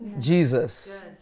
Jesus